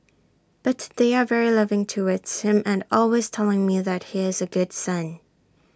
but they are very loving towards him and always telling me that he is A good son